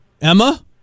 Emma